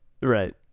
right